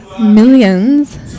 millions